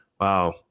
Wow